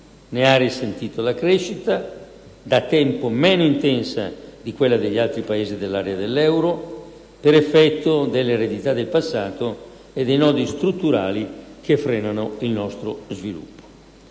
Ne ha risentito la crescita, da tempo meno intensa di quella degli altri Paesi dell'area dell'euro, per effetto delle eredità del passato e dei nodi strutturali che frenano il nostro sviluppo.